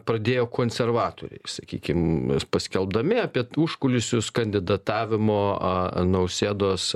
pradėjo konservatoriai sakykim paskelbdami apie užkulisius kandidatavimo a nausėdos